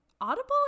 Audible